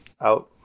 Out